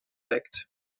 act